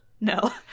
no